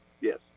yes